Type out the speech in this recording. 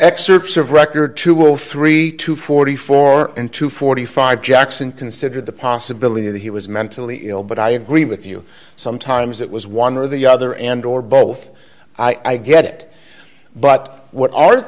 excerpts of record two or three to forty four into forty five jackson considered the possibility that he was mentally ill but i agree with you sometimes it was one or the other and or both i get it but what are